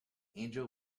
angel